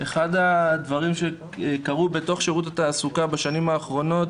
אחד הדברים שקרו בתוך שירות התעסוקה בשנים האחרונות